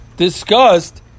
discussed